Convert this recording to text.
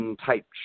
type